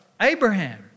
Abraham